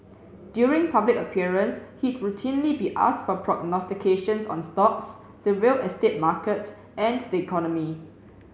during public appearance he'd routinely be asked for prognostications on stocks the real estate market and the economy